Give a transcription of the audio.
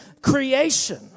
creation